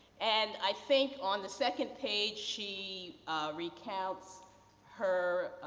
and, i think, on the second page, she recounts her